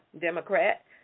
Democrat